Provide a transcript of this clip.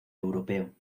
europeo